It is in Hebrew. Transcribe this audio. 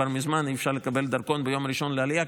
כבר מזמן אי-אפשר לקבל דרכון ביום הראשון לעלייה,